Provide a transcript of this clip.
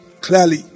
clearly